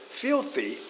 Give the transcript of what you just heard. filthy